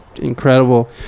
incredible